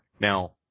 Now